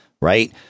right